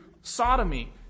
sodomy